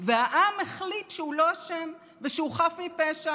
והעם החליט שהוא לא אשם ושהוא חף מפשע